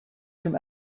from